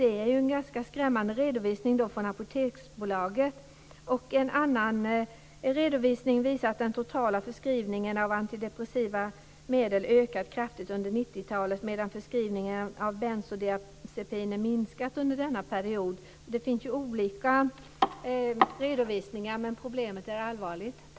Det är en ganska skrämmande redovisning från Apoteksbolaget. En annan redovisning visar att den totala förskrivningen av antidepressiva medel ökat kraftigt under 90-talet, men att förskrivningen av benzodiacepiner minskat under denna period. Det finns ju olika redovisningar. Men problemet är allvarligt.